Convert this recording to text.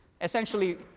essentially